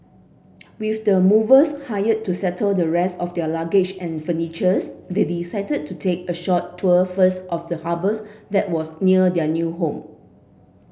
with the movers hired to settle the rest of their luggage and furnitures they decided to take a short tour first of the harbours that was near their new home